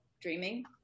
dreaming